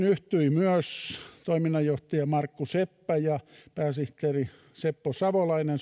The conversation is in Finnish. yhtyivät myös toiminnanjohtaja markku seppä ja sotainvalidien veljesliitosta pääsihteeri seppo savolainen